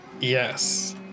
Yes